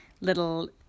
little